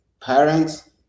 parents